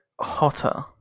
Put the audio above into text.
hotter